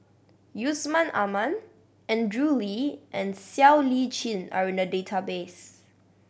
Yusman Aman Andrew Lee and Siow Lee Chin are in the database